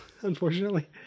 unfortunately